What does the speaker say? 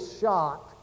shocked